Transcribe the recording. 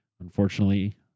unfortunately